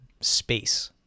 space